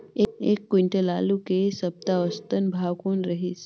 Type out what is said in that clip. एक क्विंटल आलू के ऐ सप्ता औसतन भाव कौन रहिस?